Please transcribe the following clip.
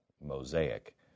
mosaic